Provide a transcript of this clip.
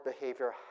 behavior